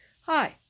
Hi